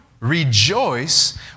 Rejoice